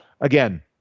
again